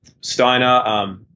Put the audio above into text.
Steiner